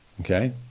Okay